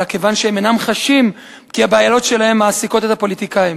אלא כיוון שהם אינם חשים כי הבעיות שלהם מעסיקות את הפוליטיקאים.